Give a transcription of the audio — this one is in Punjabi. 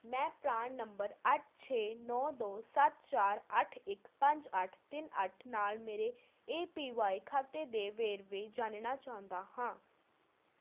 ਮੈਂ ਪਰਾਨ ਨੰਬਰ ਅੱਠ ਛੇ ਨੌ ਦੋ ਸੱਤ ਚਾਰ ਅੱਠ ਇੱਕ ਪੰਜ ਅੱਠ ਤਿੰਨ ਅੱਠ ਨਾਲ ਮੇਰੇ ਏ ਪੀ ਵਾਈ ਖਾਤੇ ਦੇ ਵੇਰਵੇ ਜਾਣਨਾ ਚਾਹੁੰਦਾ ਹਾਂ